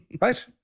Right